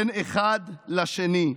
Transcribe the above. בין אחד לשני.